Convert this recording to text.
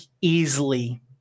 easily